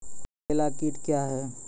गुबरैला कीट क्या हैं?